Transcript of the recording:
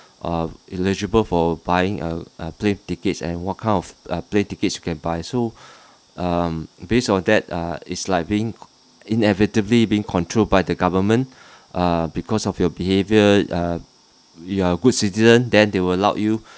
err eligible for buying a plane ticket and what kind of uh plane ticket you can buy so um based on that uh it's like being inevitably being control by the government err because of your behaviour uh you are good citizen then they will allow you